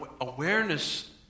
awareness